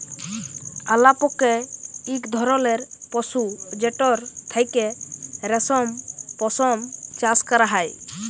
আলাপকে ইক ধরলের পশু যেটর থ্যাকে রেশম, পশম চাষ ক্যরা হ্যয়